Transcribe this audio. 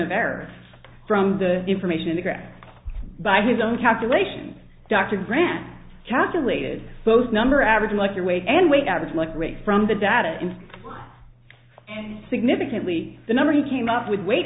error from the information in the graph by his own calculations dr grant calculated those number average like your weight and weight average like rate from the data and significantly the number he came up with weight